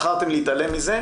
בחרתם להתעלם מזה,